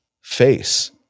face